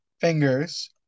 fingers